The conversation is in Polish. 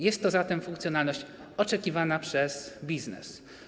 Jest to zatem funkcjonalność oczekiwana przez biznes.